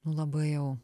labai jau